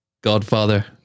Godfather